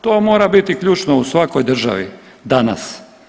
To mora biti ključno u svakoj državi danas.